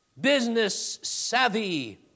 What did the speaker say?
business-savvy